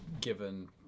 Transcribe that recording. given